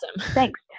Thanks